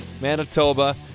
Manitoba